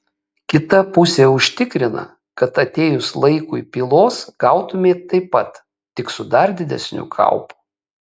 kita pusė užtikrina kad atėjus laikui pylos gautumei taip pat tik su dar didesniu kaupu